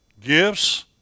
Gifts